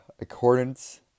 accordance